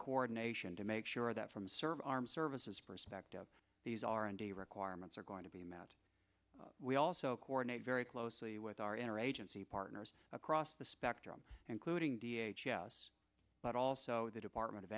coordination to make sure that from server arms services perspective these are and a requirements are going to be met we also coordinate very closely with our inner agency partners across the spectrum including d h s s but also the department of